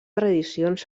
tradicions